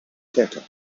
täter